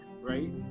Right